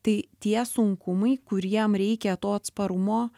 tai tie sunkumai kuriem reikia to atsparumo